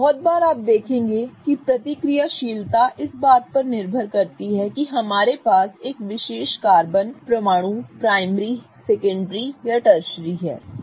बहुत बार आप देखेंगे कि प्रतिक्रियाशीलता इस बात पर निर्भर करती है कि हमारे पास एक विशेष कार्बन परमाणु प्राइमरी सेकेंडरी या ट्रशरी है